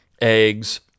eggs